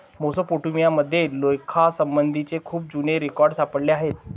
Mesopotamia मध्ये लेखासंबंधीचे खूप जुने रेकॉर्ड सापडले आहेत